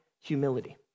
humility